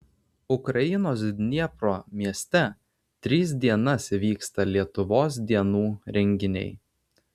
ukrainos dniepro mieste tris dienas vyksta lietuvos dienų renginiai